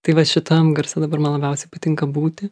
tai va šitam garse dabar man labiausiai patinka būti